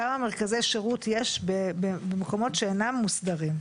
כמה מרכזי שירות יש במקומות שאינם מוסדרים,